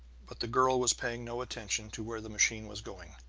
but the girl was paying no attention to where the machine was going.